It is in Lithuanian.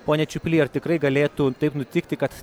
pone čiuply ar tikrai galėtų taip nutikti kad